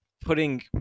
putting